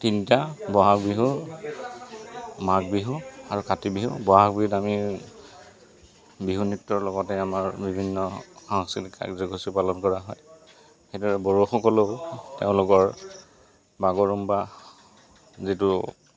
তিনিটা বহাগ বিহু মাঘ বিহু আৰু কাতি বিহু বহাগ বিহুত আমি বিহু নৃত্যৰ লগতে আমাৰ বিভিন্ন সাংস্কৃতিক কাৰ্যসূচী পালন কৰা হয় সেইদৰে বড়োসকলেও তেওঁলোকৰ বাগৰুম্বা যিটো